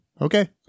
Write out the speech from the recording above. Okay